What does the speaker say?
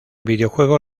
videojuego